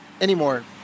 anymore